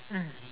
mm